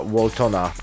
Waltona